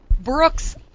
Brooks